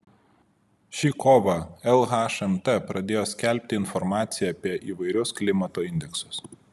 šį kovą lhmt pradėjo skelbti informaciją apie įvairius klimato indeksus